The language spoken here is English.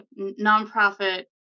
nonprofit